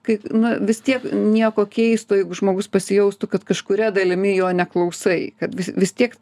kai na vis tiek nieko keisto jeigu žmogus pasijaustų kad kažkuria dalimi jo neklausai kad vis tiek